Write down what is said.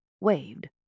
waved